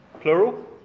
plural